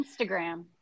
Instagram